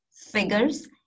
figures